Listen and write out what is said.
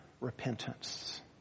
repentance